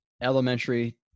elementary